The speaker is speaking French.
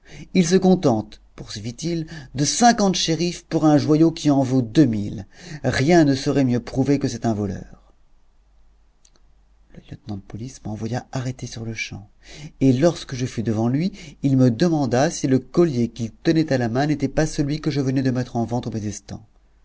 il se contente poursuivit-il de cinquante scherifs pour un joyau qui en vaut deux mille rien ne saurait mieux prouver que c'est un voleur le lieutenant de police m'envoya arrêter sur-le-champ et lorsque je fus devant lui il me demanda si le collier qu'il tenait à la main n'était pas celui que je venais de mettre en vente au